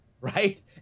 right